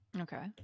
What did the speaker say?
okay